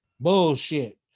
bullshit